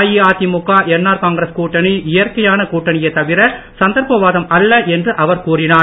அஇஅதிமுக என்ஆர் காங்கிரஸ் கூட்டணி இயற்கையான கூட்டணியே தவிர சந்தர்ப்பவாதம் அல்ல என்று அவர் கூறினார்